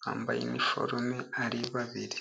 bambaye iniforume ari babiri.